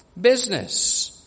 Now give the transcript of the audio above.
business